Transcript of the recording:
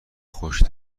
خوش